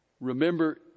Remember